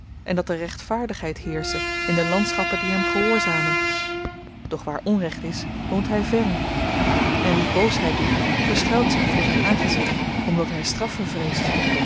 en dat er rechtvaardigheid heersche in de landschappen die hem gehoorzamen doch waar onrecht is woont hy verre en wie boosheid doet verschuilt zich voor zyn aangezicht omdat hy straffe vreest